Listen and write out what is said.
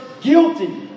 guilty